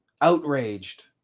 outraged